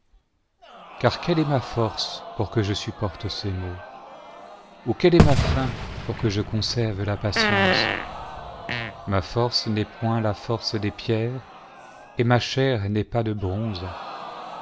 quelle est ma force pour que je supporte ces maux ou quelle est ma fin pour que je conserve la patience ma force n'est point la force des pierres et ma chair n'est pas de bronze